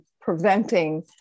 preventing